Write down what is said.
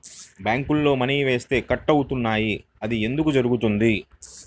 బ్యాంక్లో మని వేస్తే కట్ అవుతున్నాయి అది ఎందుకు జరుగుతోంది?